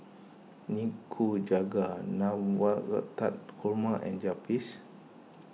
Nikujaga Navratan Korma and Japchae